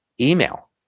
email